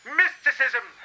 mysticism